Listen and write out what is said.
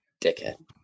Dickhead